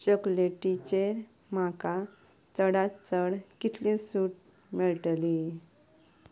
चॉकलेटीचेर म्हाका चडांत चड कितली सूट मेळटली